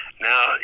Now